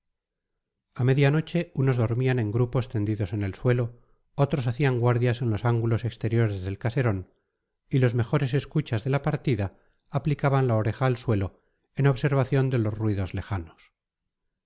a media noche unos dormían en grupos tendidos en el suelo otros hacían guardias en los ángulos exteriores del caserón y los mejores escuchas de la partida aplicaban la oreja al suelo en observación de los ruidos lejanos